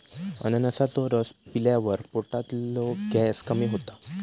अननसाचो रस पिल्यावर पोटातलो गॅस कमी होता